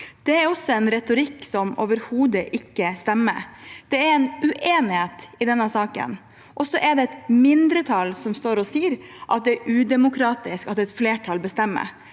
Det er også en retorikk som overhodet ikke stemmer. Det er en uenighet i denne saken, og så er det et mindretall som sier at det er udemokratisk at et flertall bestemmer.